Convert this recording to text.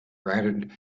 granted